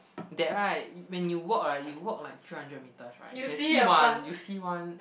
that right y~ when you walk right you walk like three hundred metres right you can see one you see one